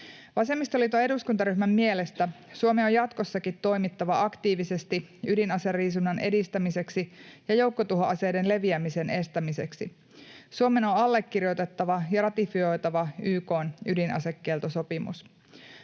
Vasemmistoliiton eduskuntaryhmän mielestä Suomen on jatkossakin toimittava aktiivisesti ydinaseriisunnan edistämiseksi ja joukkotuhoaseiden leviämisen estämiseksi. Suomen on allekirjoitettava ja ratifioitava YK:n ydinasekieltosopimus.